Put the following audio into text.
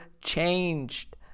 changed